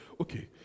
okay